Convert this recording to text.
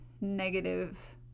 negative